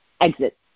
exit